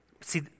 See